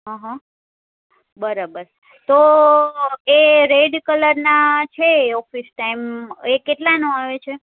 અહં બરાબર તો એ રેડ કલરના છે ઓફિસ ટાઈમ એ કેટલાનો આવે છે